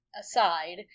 aside